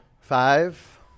Five